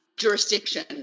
jurisdiction